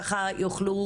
ככה יוכלו